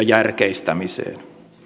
järkeistämiseen